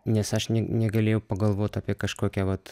nes aš negalėjau pagalvot apie kažkokią vat